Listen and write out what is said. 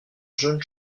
jeune